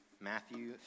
Matthew